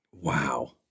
wow